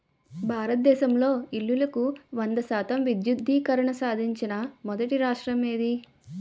భారతదేశంలో ఇల్లులకు వంద శాతం విద్యుద్దీకరణ సాధించిన మొదటి రాష్ట్రం ఏది?